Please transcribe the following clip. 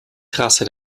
trasse